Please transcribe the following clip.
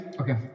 Okay